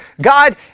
God